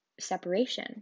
separation